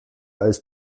als